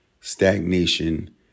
stagnation